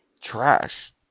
trash